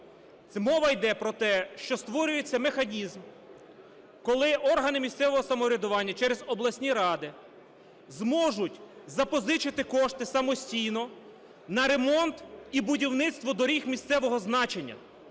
Мова йде про те, що створюється механізм, коли органи місцевого самоврядування через обласні ради зможуть запозичити кошти самостійно на ремонт і будівництво доріг місцевого значення,